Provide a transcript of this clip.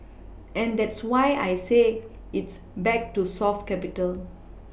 and that's why I say it's back to soft capital